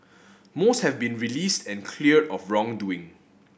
most have been released and cleared of wrongdoing